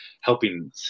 helping –